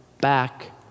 back